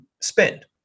spend